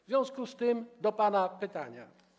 W związku z tym mam do pana pytania.